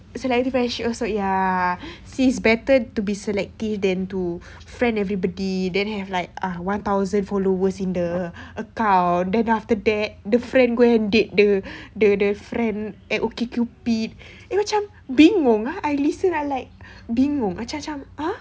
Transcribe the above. selective friendship also ya sis it's better to be selective than to friend everybody then have like uh one thousand followers in the account then after that the friend go and date the the the friend at okcupid eh macam bingung ah I listen I like bingung uh